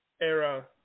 era